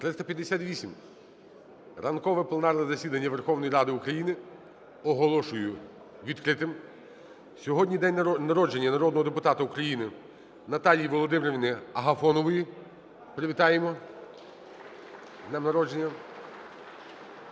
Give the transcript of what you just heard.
358. Ранкове пленарне засідання Верховної Ради України оголошую відкритим. Сьогодні день народження народного депутата України Наталії Володимирівни Агафонової. Привітаємо з днем народження.